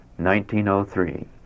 1903